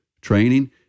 training